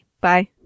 Bye